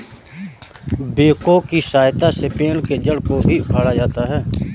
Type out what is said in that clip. backhoe की सहायता से पेड़ के जड़ को भी उखाड़ा जाता है